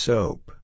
Soap